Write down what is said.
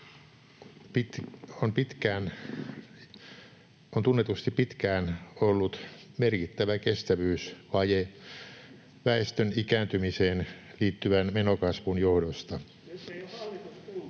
on tunnetusti pitkään ollut merkittävä kestävyysvaje väes-tön ikääntymiseen liittyvän menokasvun johdosta.